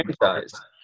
franchise